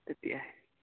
তেতিয়াহে